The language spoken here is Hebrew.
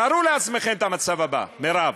תארו לעצמכם את המצב הבא, מירב: